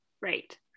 right